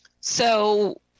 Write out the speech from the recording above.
So-